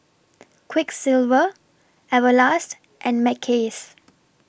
Quiksilver Everlast and Mackays